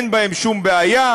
ואין בהם שום בעיה,